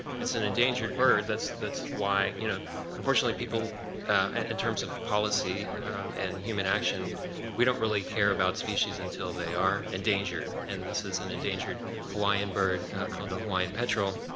it's an an endangered bird. that's that's why, you know unfortunately, people in terms of policy and human action we don't really care about species until they are endangered. and this is an endangered hawaiian bird called the hawaiian petrel.